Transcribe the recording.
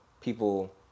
people